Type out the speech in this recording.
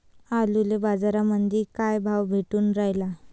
आलूले बाजारामंदी काय भाव भेटून रायला?